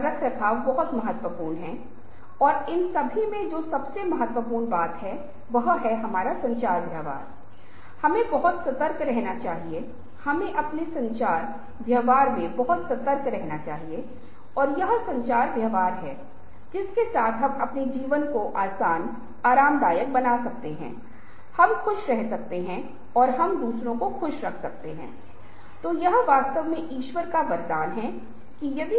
यह ठीक है कि हमें इन मुद्दों की आवश्यकता है हम दृश्य के इन दिलचस्प आयामों और दृश्य से आभासी संस्कृति से अवगत हैं लेकिन यह जानना भी बहुत जरूरी था कि ये हमें एक दिशा में अनिवार्य रूप से आगे बढ़ा रहे हैं जो वो दुनिया से बहुत अलग है जिसे हमने छोटे बच्चों के रूप में अनुभव किया है और जितना अधिक हम आगे बढ़ते हैं उतना ही हम अपरिपक्व दुनिया की दुनिया में आगे बढ़ते हैं हालाँकि इस विसर्जित दुनिया की समझ कैसे बनाई जाए